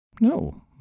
No